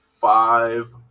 five